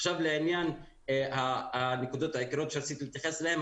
עכשיו לעניין הנקודות העיקריות שרציתי להתייחס אליהן.